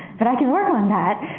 but i can work on that.